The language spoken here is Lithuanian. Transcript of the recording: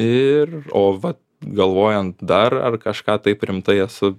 ir o va galvojant dar ar kažką taip rimtai esu